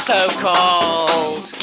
So-called